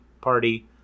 party